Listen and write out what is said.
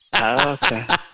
Okay